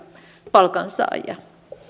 palkansaajia